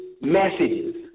messages